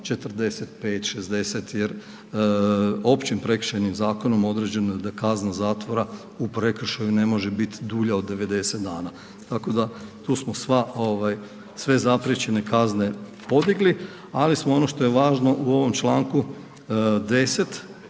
45, 60 jer Općim prekršajnim zakonom određena je da kazna zatvora u prekršaju ne može biti dulja od 90 dana. Tako da smo tu sve zapriječene kazne podigli, ali smo ono što je važno u ovom članku 10.